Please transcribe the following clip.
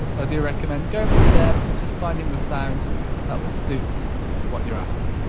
so do recommend going for them and just finding the sound that will suit what you're after.